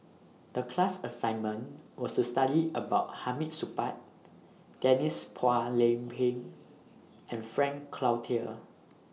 The class assignment was to study about Hamid Supaat Denise Phua Lay Peng and Frank Cloutier